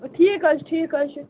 ٹھیٖک حظ چھُ ٹھیٖک حظ چھُ